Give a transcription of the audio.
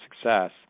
success